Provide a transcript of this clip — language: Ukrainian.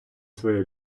своєю